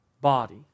body